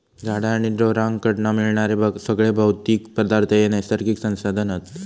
झाडा आणि ढोरांकडना मिळणारे सगळे भौतिक पदार्थ हे नैसर्गिक संसाधन हत